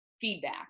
feedback